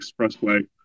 Expressway